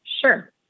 Sure